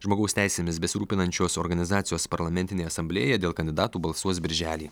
žmogaus teisėmis besirūpinančios organizacijos parlamentinė asamblėja dėl kandidatų balsuos birželį